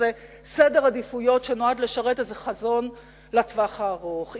איזה סדר עדיפויות שנועד לשרת איזה חזון לטווח הארוך,